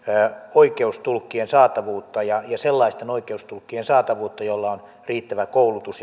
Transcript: oikeustulkkien saatavuutta ja sellaisten oikeustulkkien saatavuutta joilla on riittävä koulutus